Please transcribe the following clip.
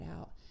out